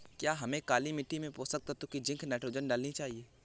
क्या हमें काली मिट्टी में पोषक तत्व की जिंक नाइट्रोजन डालनी चाहिए?